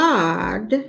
God